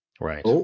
Right